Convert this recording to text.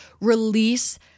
release